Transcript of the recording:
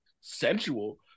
sensual